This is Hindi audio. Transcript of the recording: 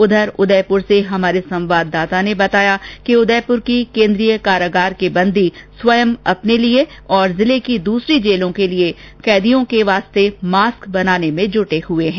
उथर उदयपुर से हमारे संवाददाता ने बताया कि उदयपुर की केन्द्रीय कारागार के बंदी स्वयं अपने लिए और जिले की दूसरी जेलों के कैदियों के लिए मास्क बनाने में जुटे हुए हैं